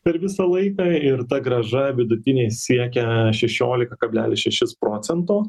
per visą laiką ir ta grąža vidutinė siekia šešiolika kablelis šešis procento